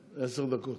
דקות.